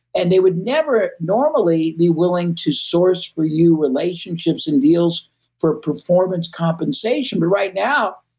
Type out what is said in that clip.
and they would never normally be willing to source for you relationships and deals for performance compensation. but right now,